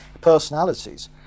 personalities